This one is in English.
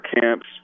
camps